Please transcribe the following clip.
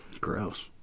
Gross